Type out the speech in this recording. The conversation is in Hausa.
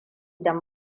don